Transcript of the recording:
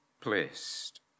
placed